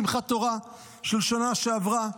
שמחת תורה של שנה שעברה,